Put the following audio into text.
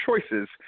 choices